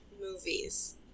movies